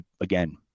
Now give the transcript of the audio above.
Again